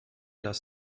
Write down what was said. dass